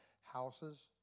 houses